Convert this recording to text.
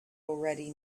already